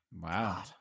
Wow